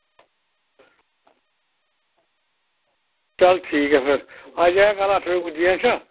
चल ठीक ऐ फिर कल्ल अट्ठ बजे पुज्जी जायां खरा